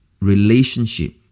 relationship